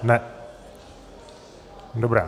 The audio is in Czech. Ne, dobrá.